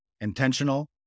intentional